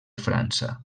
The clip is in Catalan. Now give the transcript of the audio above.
frança